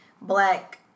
black